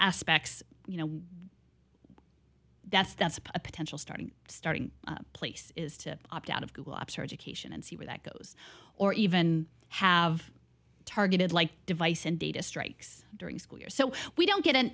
aspects you know that's that's a potential starting starting place is to opt out of google apps or education and see where that goes or even have targeted like device and data strikes during school year so we don't get an